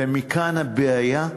ומכאן הבעיה.